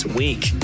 week